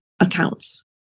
accounts